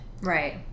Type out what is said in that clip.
Right